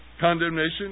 condemnation